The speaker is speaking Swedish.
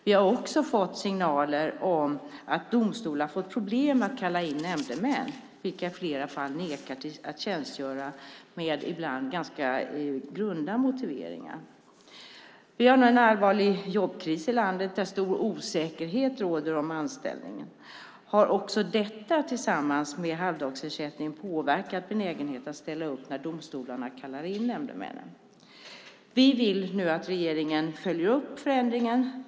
Vi har också fått signaler om att domstolar fått problem att kalla in nämndemän, vilka i flera fall nekat att tjänstgöra med ibland ganska grunda motiveringar. Vi har nu en allvarlig jobbkris i landet där stor osäkerhet råder om anställningen. Har också detta tillsammans med halvdagsersättningen påverkat benägenheten att ställa upp när domstolarna kallar in nämndemännen? Vi vill nu att regeringen följer upp förändringen.